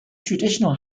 traditional